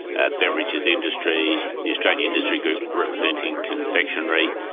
ah beverages industry, the australian industry group representing confectionery,